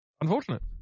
unfortunate